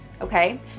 okay